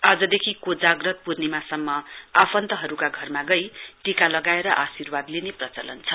आजदेखि कोजाग्रत पूर्णिमासम्म आफन्तहरुका घरमा गई टीका लगाएर आर्शिवाद लिने प्रचलन छ